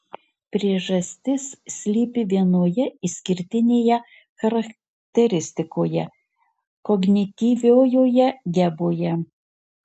priežastis slypi vienoje išskirtinėje charakteristikoje kognityviojoje geboje